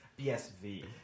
BSV